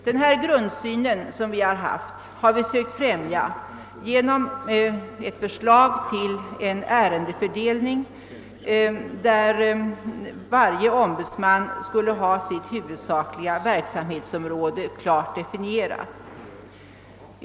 Den grundsyn som vi haft har vi försökt realisera genom ett förslag till ärendefördelning, där varje ombudsman skall ha sitt huvudsakliga verksamhetsområde klart definierat.